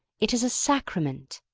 it is a sacrament.